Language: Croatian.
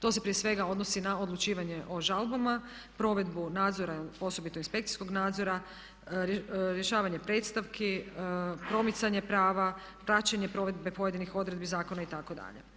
To se prije svega odnosi na odlučivanje o žalbama, provedbu nadzora osobito inspekcijskog nadzora, rješavanje predstavki, promicanje prava, praćenje provedbe pojedinih odredbi zakona itd.